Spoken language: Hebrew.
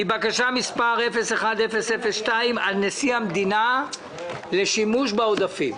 בקשה מס' 01-002, על נשיא המדינה, לשימוש בעודפים.